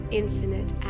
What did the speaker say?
infinite